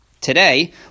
Today